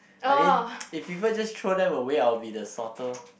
I mean if people just throw them away I will be the sorter